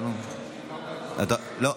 לא.